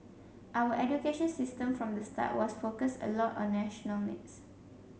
our education system from the start was focused a lot on national needs